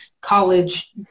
college